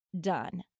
done